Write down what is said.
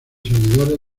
seguidores